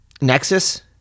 Nexus